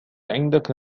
عندك